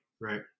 Right